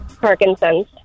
Parkinson's